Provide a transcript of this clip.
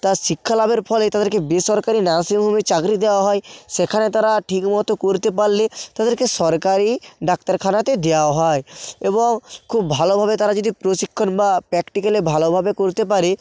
তার শিক্ষা লাভের ফলে তাদেরকে বেসরকারি নার্সিংহোমে চাকরি দেওয়া হয় সেখানে তারা ঠিকমতো করতে পাল্লে তাদেরকে সরকারি ডাক্তারখানাতে দেওয়া হয় এবং খুব ভালোভাবে তারা যদি প্রশিক্ষণ বা প্র্যাক্টিক্যালে ভালোভাবে করতে পারে